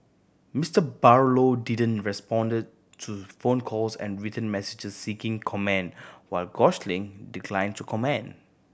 Mister Barlow didn't respond to phone calls and written messages seeking comment while Gosling declined to comment